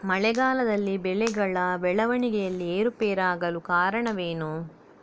ಮಳೆಗಾಲದಲ್ಲಿ ಬೆಳೆಗಳ ಬೆಳವಣಿಗೆಯಲ್ಲಿ ಏರುಪೇರಾಗಲು ಕಾರಣವೇನು?